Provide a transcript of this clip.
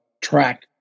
track